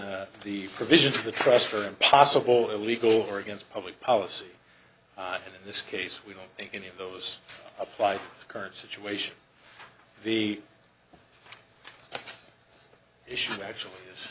the provisions of the trust are impossible illegal or against public policy and in this case we don't think any of those apply current situation the issue actually is